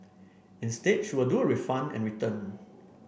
instead she will do a refund and return